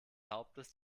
hauptes